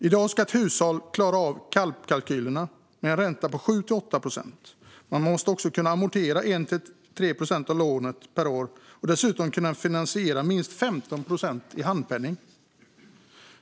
I dag ska ett hushåll klara av KALP-kalkylerna, vilket innebär en ränta på 7-8 procent. Man måste också kunna amortera 1-3 procent av lånet per år och dessutom kunna lägga minst 15 procent i handpenning.